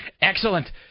Excellent